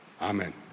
Amen